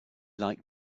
like